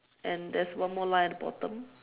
and there's one more line at the bottom